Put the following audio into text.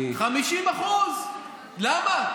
50%. למה?